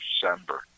December